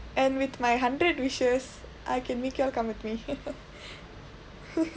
and with my hundred wishes I can make you come with me